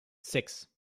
six